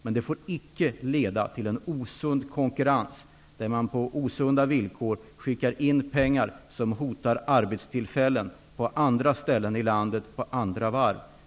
Men den får icke leda till en osund konkurrens, där man på osunda villkor skickar in pengar som hotar arbetstillfällen på andra varv på andra ställen i landet.